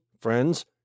friends